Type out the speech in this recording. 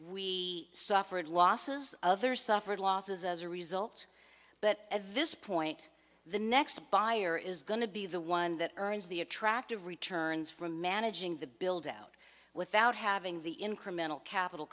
we suffered losses others suffered losses as a result but at this point the next buyer is going to be the one that earns the attractive returns for managing the build out without having the incremental capital